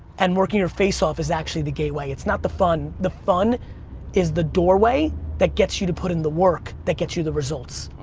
and working your face off is actually the gateway. it's not the fun. the fun is the doorway that gets you to put in the work that gets you the results.